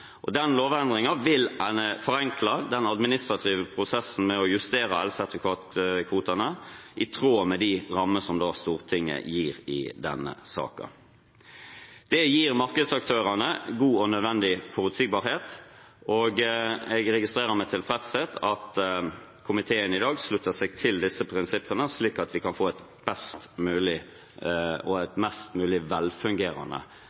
grensen. Den lovendringen vil forenkle den administrative prosessen med å justere elsertifikatkvotene i tråd med de rammer som Stortinget gir i denne saken. Det gir markedsaktørene god og nødvendig forutsigbarhet. Jeg registrerer med tilfredshet at komiteen i dag slutter seg til disse prinsippene, slik at vi kan få et best mulig, og